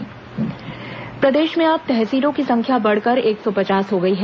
Korea तहसील प्रदेश में अब तहसीलों की संख्या बढ़कर एक सौ पचास हो गई है